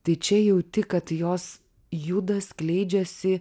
tai čia jauti kad jos juda skleidžiasi